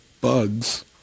bugs